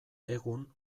egun